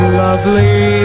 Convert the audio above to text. lovely